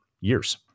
years